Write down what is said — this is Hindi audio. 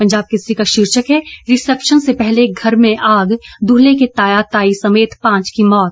पंजाब केसरी का शीर्षक है रिसेप्शन से पहले घर में आग दुल्हे के ताया ताई समेत पांच की मौत